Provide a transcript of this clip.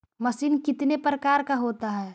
Machine कितने प्रकार का होता है?